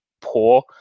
poor